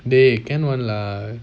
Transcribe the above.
they can one lah